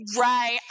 right